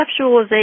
conceptualization